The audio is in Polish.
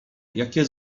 jakie